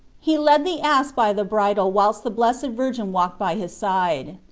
he led the ass by the bridle whilst the blessed virgin walked by his side.